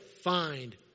find